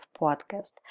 podcast